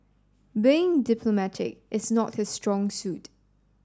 being diplomatic is not his strong suit